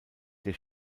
der